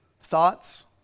thoughts